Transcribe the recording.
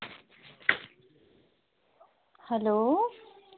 hello